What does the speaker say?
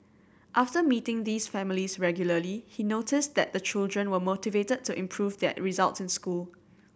after meeting these families regularly he noticed that the children were more motivated to improve their results in school